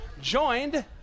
Joined